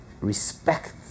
respect